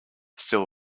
steal